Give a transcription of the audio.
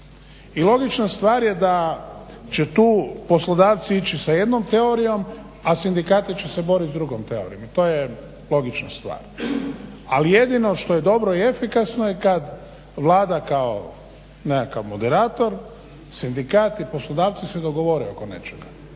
I logična stvar je da će tu poslodavci ići sa jednom teorijom a sindikati će se boriti sa drugom teorijom i to je logična stvar. Ali jedino što je dobro i efikasno što Vlada kao nekakav moderator, sindikati i poslodavci se dogovore oko nečega.